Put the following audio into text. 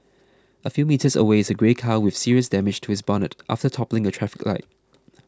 a few metres away is a grey car with serious damage to its bonnet after toppling a traffic light